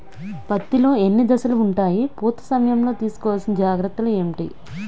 పత్తి లో ఎన్ని దశలు ఉంటాయి? పూత సమయం లో తీసుకోవల్సిన జాగ్రత్తలు ఏంటి?